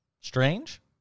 Strange